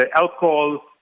alcohol